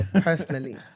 personally